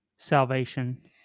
salvation